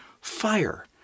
fire